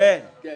כן, בטח.